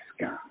God